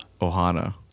Ohana